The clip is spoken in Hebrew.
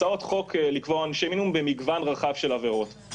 הצעות חוק לקבוע עונשי מינימום במגוון רחב של עבירות.